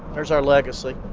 there's our legacy,